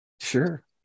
sure